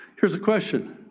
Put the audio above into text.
here's a question.